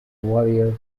warrior